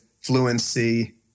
fluency